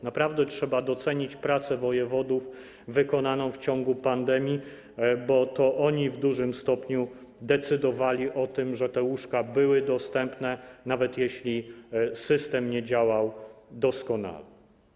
Naprawdę trzeba docenić pracę wojewodów wykonaną w ciągu pandemii, bo to oni w dużym stopniu decydowali, że te łóżka były dostępne, nawet jeśli system nie działał doskonale.